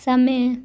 समय